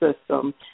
system